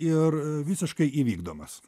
ir visiškai įvykdomas